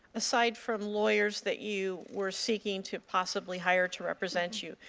aside from lawyers that you were speaking to possibly hire to represent you,